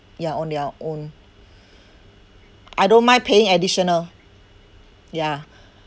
ya on their own I don't mind paying additional ya